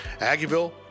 Aggieville